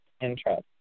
interest